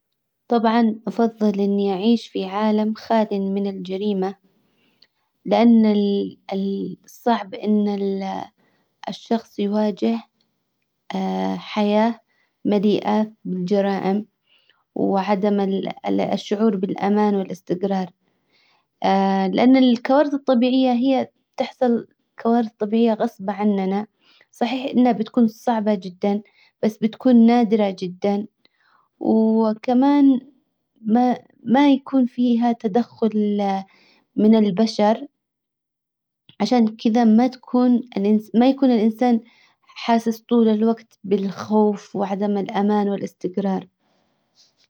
طبعا افضل اني اعيش في عالم خال من الجريمة. لان صعب ان الشخص يواجه حياة مليئة بالجرائم وعدم الشعور بالامان والاستجرار لان الكوارث الطبيعية هي تحصل كوارث طبيعية غصب عننا صحيح انها بتكون صعبة جدا بس بتكون نادرة جدا وكمان ما ما يكون فيها تدخل من البشر عشان كدا ما تكون ما يكون الانسان حاسس طول الوقت بالخوف وعدم الامان والاستجرار.